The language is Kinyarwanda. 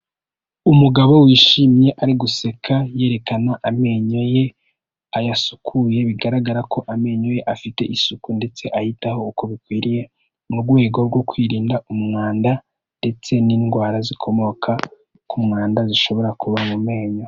Umugabo wishimye ari guseka yerekana amenyo ye ayasukuye bigaragara ko amenyo ye afite isuku ndetse ayitaho uko bikwiriye, mu rwego rwo kwirinda umwanda ndetse n'indwara zikomoka ku mwanda zishobora kuba mu menyo.